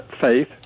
faith